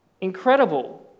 incredible